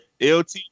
LT